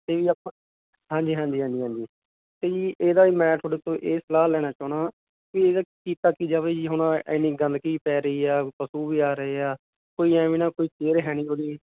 ਅਤੇ ਵੀ ਆਪਾਂ ਹਾਂਜੀ ਹਾਂਜੀ ਹਾਂਜੀ ਹਾਂਜੀ ਅਤੇ ਜੀ ਇਹਦਾ ਜੀ ਮੈਂ ਤੁਹਾਡੇ ਤੋਂ ਇਹ ਸਲਾਹ ਲੈਣਾ ਚਾਹੁੰਦਾ ਵੀ ਉਹਦਾ ਕੀਤਾ ਕੀ ਜਾਵੇ ਜੀ ਹੁਣ ਇੰਨੀ ਗੰਦਗੀ ਪੈ ਰਹੀ ਆ ਪਸ਼ੂ ਵੀ ਆ ਰਹੇ ਆ ਕੋਈ ਐਵੇਂ ਨਾ ਕੋਈ ਕੇਅਰ ਹੈ ਨਹੀਂ ਉਹਦੀ